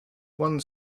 one